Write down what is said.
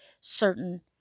certain